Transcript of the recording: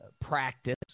practice